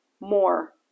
more